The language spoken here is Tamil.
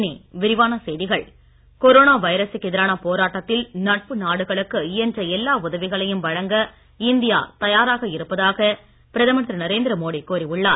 மோடி மாத்திரை கொரோனா வைரசுக்கு எதிரான போராட்டத்தில் நட்பு நாடுகளுக்கு இயன்ற எல்லா உதவிகளையும் வழங்க இந்தியா தயாராக இருப்பதாக பிரதமர் திரு நரேந்திர மோடி கூறி உள்ளார்